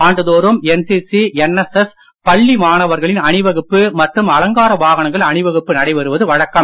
ஆண்டுதோறும் NCC NSS பள்ளி மாணவர்களின் அணிவகுப்பு மற்றும் அலங்கார வாகனங்கள் அணிவகுப்பு நடைபெறுவது வழக்கம்